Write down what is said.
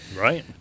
Right